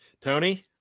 Tony